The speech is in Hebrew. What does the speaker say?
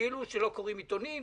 כאילו שלא קוראים עיתונים,